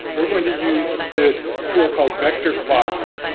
we're going to use this too ah called vector clocks,